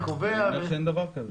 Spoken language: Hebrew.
אין דבר כזה.